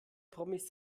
promis